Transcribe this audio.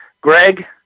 Greg